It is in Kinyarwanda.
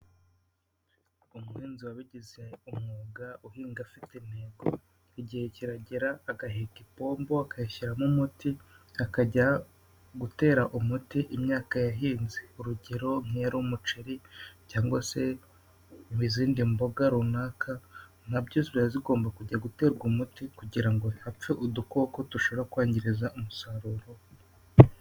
Umuhinzi wabigize umwuga uhinga afite intego igihe kiragera agaheka ipombo akayashyiramo umuti akajya gutera umuti imyaka yahinze, urugero nk'iyo ari umuceri cyangwa se muzindi mboga runaka nabyo ziri zigomba kujya guterwa umuti kugira ngo hafe udukoko dushobora kwangiza umusaruro.